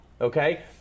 okay